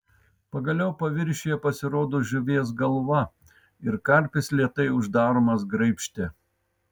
pagaliau paviršiuje pasirodo žuvies galva ir karpis lėtai uždaromas graibšte